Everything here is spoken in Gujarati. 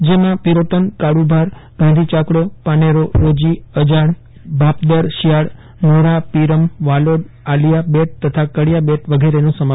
જેમાં પિરોટન કાળુભાર ગાંઘી ચાકકો પાનેરો રોજી અજાકભાપદર શિયાળ નોરા પિરમ વાલોક આલિયા બેટ તથા કકિયા બેટ વગેરેનો સમાવેશ થાય છે